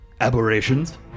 aberrations